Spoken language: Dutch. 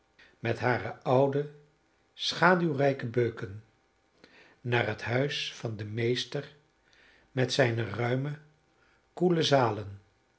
met hare oude schaduwrijke beuken naar het huis van den meester met zijne ruime koele zalen